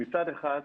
מצד אחד,